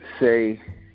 say